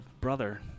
brother